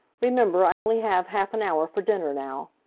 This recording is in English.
remember i only have half an hour for dinner now.